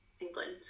England